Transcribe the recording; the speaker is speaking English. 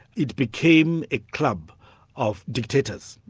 it became a club of dictators.